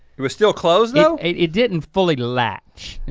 it was still closed though? it it didn't fully latch.